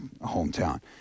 hometown